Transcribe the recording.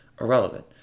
irrelevant